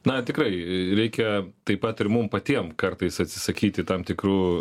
na tikrai reikia taip pat ir mum patiem kartais atsisakyti tam tikrų